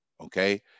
okay